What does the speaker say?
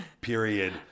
Period